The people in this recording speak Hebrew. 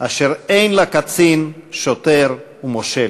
אשר אין לה קצין שֹטר ומֹשל".